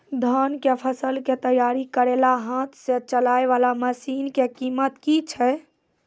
धान कऽ फसल कऽ तैयारी करेला हाथ सऽ चलाय वाला मसीन कऽ कीमत की छै?